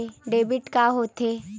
Debit का होथे?